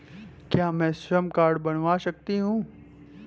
क्या मैं श्रम कार्ड बनवा सकती हूँ?